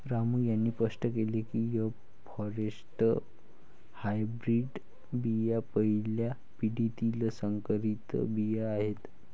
रामू यांनी स्पष्ट केले की एफ फॉरेस्ट हायब्रीड बिया पहिल्या पिढीतील संकरित बिया आहेत